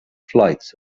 flights